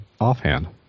offhand